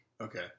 Okay